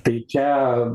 tai čia